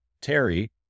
Terry